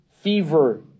fever